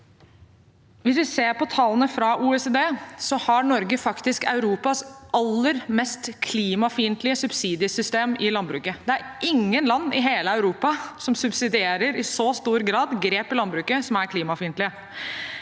Hvis vi ser på tallene fra OECD, har Norge faktisk Europas aller mest klimafiendtlige subsidiesystem i landbruket. Det er ingen land i hele Europa som i så stor grad subsidierer klimafiendtlige